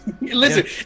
listen